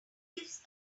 leaves